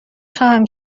خواهم